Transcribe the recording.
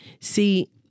See